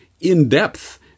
in-depth